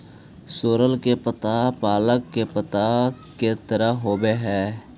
सोरल के पत्ता पालक के पत्ता के तरह होवऽ हई